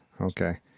okay